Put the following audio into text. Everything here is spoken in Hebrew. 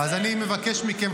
אז אני מבקש מכם,